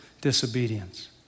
disobedience